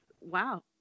Wow